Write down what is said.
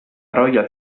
royal